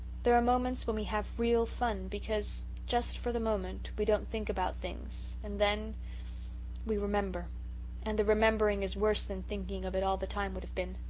there are moments when we have real fun because, just for the moment, we don't think about things and then we remember and the remembering is worse than thinking of it all the time would have been.